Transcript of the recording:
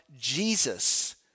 Jesus